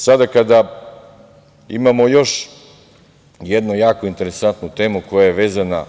Sada kada imamo još jednu jako interesantnu temu koja je vezana